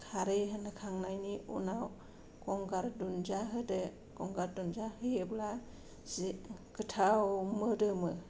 खारै होखांनायनि उनाव गंगार दुन्दिया होदो गंगार दुन्दिया होयोब्ला जि गोथाव मोदोमो